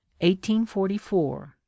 1844